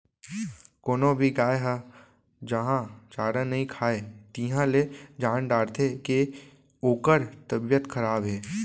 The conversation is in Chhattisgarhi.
कोनो भी गाय ह जहॉं चारा नइ खाए तिहॉं ले जान डारथें के ओकर तबियत खराब हे